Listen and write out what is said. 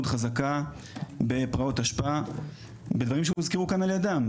חזקה בפראות תשפ"א בדברים שהוזכרו כאן על ידם,